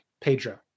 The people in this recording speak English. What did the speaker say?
Pedro